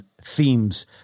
themes